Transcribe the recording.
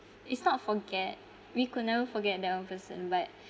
it's not forget we could never forget that one person but